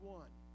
one